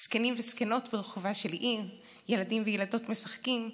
זקנים וזקנות ברחובה של עיר, ילדים וילדות משחקים.